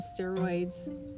steroids